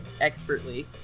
expertly